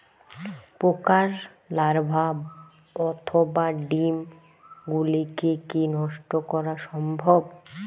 পোকার লার্ভা অথবা ডিম গুলিকে কী নষ্ট করা সম্ভব?